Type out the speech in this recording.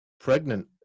pregnant